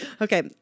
Okay